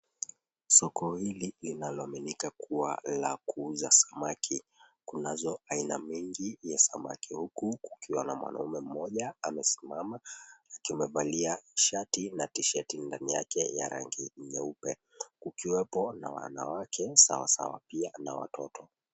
Soko hili linaloaminika kuwa la kuuza samaki. Kunazo aina mingi ya samaki, huku kukiwa na mwanaume mmoja amesimama, akiwa amevalia shati na tishati ndani yake ya rangi nyeupe. Kukiwepo na wanawake sawasawa pia na watoto.